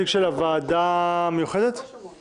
התש"ף-2020, מ/1331